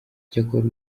cyakora